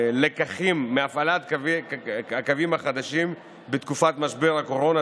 לקחים מהפעלת הקווים החדשים בתקופת משבר הקורונה,